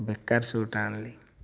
ବେକାର ଶୁ'ଟା ଆଣିଲି